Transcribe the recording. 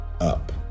up